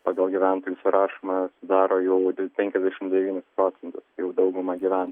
pagal gyventojų surašymą sudaro jau penkiasdešim devynis procentus jau dauguma gyven